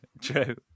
true